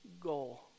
goal